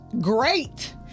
Great